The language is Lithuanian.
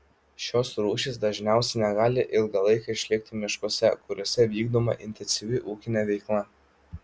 šios rūšys dažniausiai negali ilgą laiką išlikti miškuose kuriuose vykdoma intensyvi ūkinė veikla